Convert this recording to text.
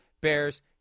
Bears